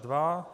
2.